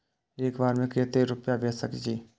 एक बार में केते रूपया भेज सके छी?